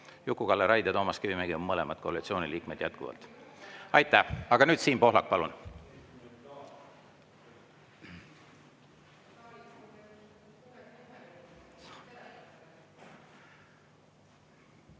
Juku-Kalle Raid ja Toomas Kivimägi on mõlemad koalitsiooni liikmed jätkuvalt. Aitäh! Aga nüüd Siim Pohlak, palun!